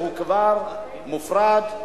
הוא כבר מופרד,